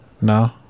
No